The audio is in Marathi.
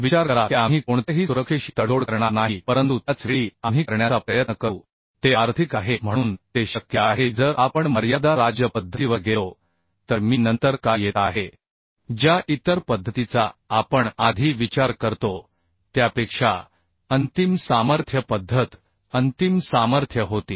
विचार करा की आपण कोणत्याही सुरक्षेशी तडजोड करणार नाही परंतु त्याच वेळी आम्ही करण्याचा प्रयत्न करू ते आर्थिक आहे म्हणून ते शक्य आहे जर आपण मर्यादा राज्य पद्धतीवर गेलो तर मी नंतर का येत आहे ज्या इतर पद्धतीचा आपण आधी विचार करतो त्यापेक्षा अंतिम सामर्थ्य पद्धत अंतिम सामर्थ्य होती